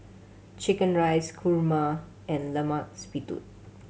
chicken rice kurma and Lemak Siput